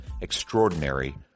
extraordinary